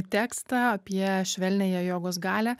tekstą apie švelniąją jogos galią